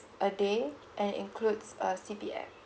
a day and includes uh C_P_F